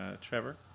Trevor